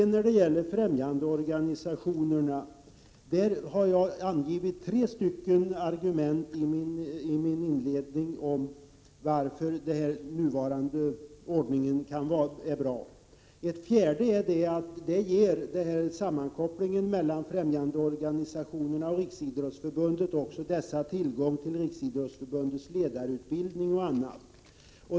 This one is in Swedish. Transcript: När det gäller främjandeorganisationerna har jag i min inledning angivit tre argument för att den nuvarande ordningen är bra. Ett fjärde är att sammankopplingen mellan främjandeorganisationerna och Riksidrottsförbundet också ger dessa tillgång till Riksidrottsförbundets ledarutbildning och annat.